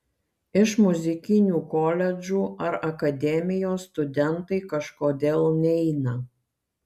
iš muzikinių koledžų ar akademijos studentai kažkodėl neina